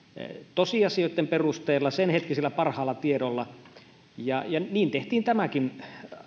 tosiasioitten perusteella senhetkisellä parhaalla tiedolla niin tehtiin tämäkin